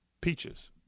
peaches